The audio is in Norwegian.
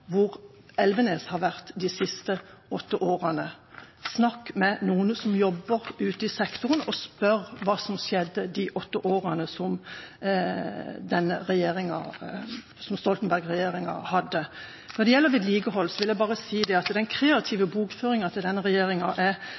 hvor Elvenes har vært de siste åtte årene. Han bør snakke med noen som jobber ute i sektoren, og spørre hva som skjedde de åtte årene med Stoltenberg-regjering. Når det gjelder vedlikehold, vil jeg bare si at den kreative bokføringa til denne regjeringa er